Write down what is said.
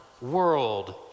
world